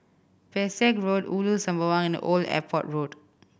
Pesek Road Ulu Sembawang and Old Airport Road